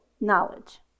knowledge